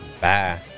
bye